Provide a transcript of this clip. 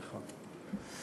נכון.